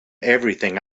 everything